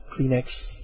Kleenex